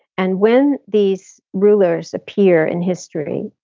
and when these rulers appear in history,